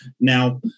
Now